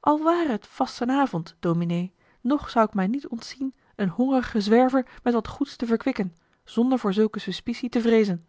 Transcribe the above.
al ware t vastenavond dominé nog zou ik mij niet ontzien een hongerigen zwerver met wat goeds te verkwikken zonder voor zulke suspicie te vreezen